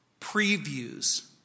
previews